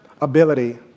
ability